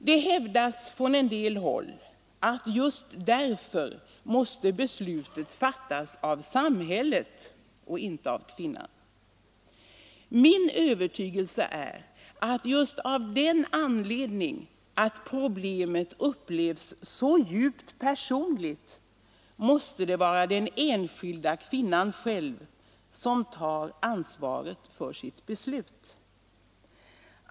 Det hävdas från en del håll att just därför måste beslutet fattas av samhället och inte av kvinnan. Min övertygelse är att just av den anledningen, att problemet upplevs så djupt personligt, måste det vara den enskilda kvinnan själv som tar ansvaret för sitt beslut.